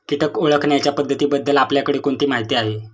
कीटक ओळखण्याच्या पद्धतींबद्दल आपल्याकडे कोणती माहिती आहे?